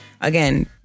Again